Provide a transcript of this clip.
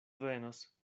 venos